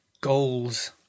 goals